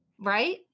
Right